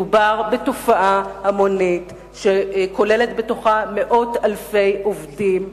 מדובר בתופעה המונית שכוללת בתוכה מאות אלפי עובדים.